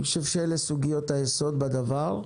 אני חושב שאלה סוגיות היסוד בדבר,